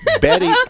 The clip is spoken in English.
Betty